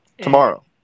Tomorrow